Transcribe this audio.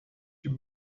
die